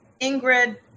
Ingrid